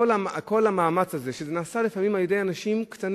כמה נפלא הוא המראה המתגלה לעין כול בערבי פסח,